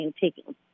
taking